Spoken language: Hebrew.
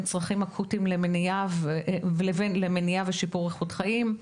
צרכים אקוטיים למניעה ושיפור איכות חיים.